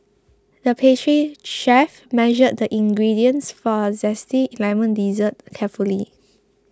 the pastry chef measured the ingredients for a Zesty Lemon Dessert carefully